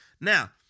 Now